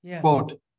Quote